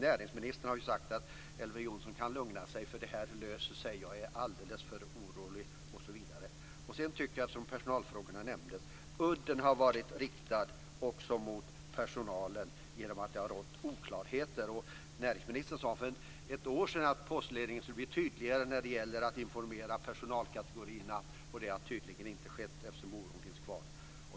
Näringsministern har ju sagt att Elver Jonsson kan lugna sig för det här löser sig, att jag är alldeles för orolig osv. Eftersom personalfrågorna nämndes vill jag säga att jag tycker att udden har varit riktad också mot personalen genom att det har rått oklarheter. Näringsministern sade för ett år sedan att postledningen skulle bli tydligare när det gäller att informera de olika personalkategorierna, men det har tydligen inte skett eftersom oron finns kvar.